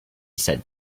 said